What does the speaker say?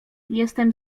jestem